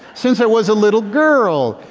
since i was a little girl.